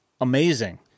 amazing